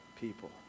people